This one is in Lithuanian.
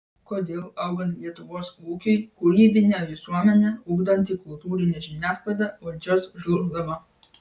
kodėl augant lietuvos ūkiui kūrybinę visuomenę ugdanti kultūrinė žiniasklaida valdžios žlugdoma